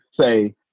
say